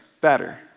better